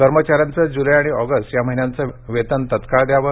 कर्मचाऱ्यांचे जूलै आणि ऑगस्ट या महिन्यांचे वेतन तात्काळ द्यावं